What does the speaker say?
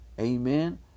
Amen